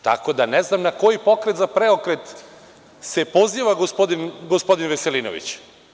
Tako da ne znam na koji Pokret za Preokret se poziva gospodin Veselinović.